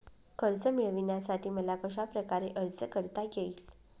कर्ज मिळविण्यासाठी मला कशाप्रकारे अर्ज करता येईल?